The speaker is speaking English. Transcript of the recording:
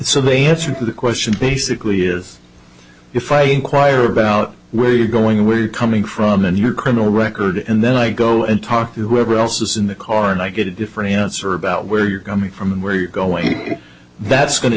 so they have to the question basically is if i inquire about where you're going where you're coming from and your criminal record and then i go and talk to whoever else is in the car and i get a different answer about where you're coming from and where you're going that's going to